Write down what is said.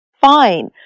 Fine